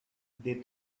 they